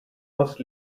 was